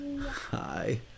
Hi